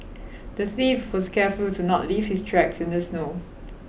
the thief was careful to not leave his tracks in the snow